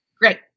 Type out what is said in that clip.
Great